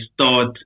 start